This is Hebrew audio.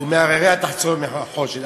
ומהרריה תחצֹב נחֹשת".